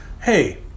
Hey